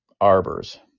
Arbor's